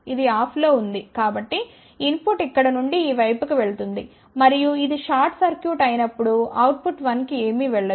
ఇది ఆఫ్లో ఉంది కాబట్టి ఇన్పుట్ ఇక్కడ నుండి ఈ వైపుకు వెళుతుంది మరియు ఇది షార్ట్ సర్క్యూట్ అయినప్పుడు అవుట్ పుట్ 1 కి ఏమీ వెళ్ళదు